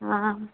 हाँ